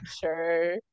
sure